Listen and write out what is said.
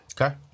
Okay